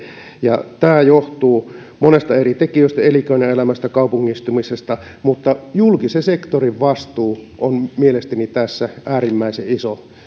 ja tämä johtuu monista eri tekijöistä kuten elinkeinoelämästä ja kaupungistumisesta mutta julkisen sektorin vastuu on mielestäni tässä äärimmäisen iso